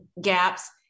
gaps